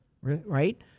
right